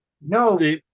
no